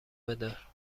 بدار